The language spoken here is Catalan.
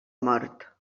mort